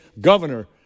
governor